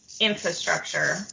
infrastructure